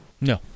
No